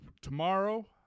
tomorrow